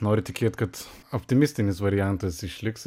noriu tikėt kad optimistinis variantas išliks